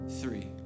three